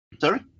Sorry